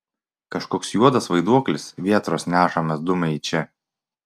kažkoks juodas vaiduoklis vėtros nešamas dumia į čia